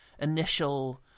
initial